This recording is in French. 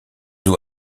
eaux